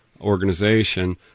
organization